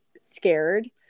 scared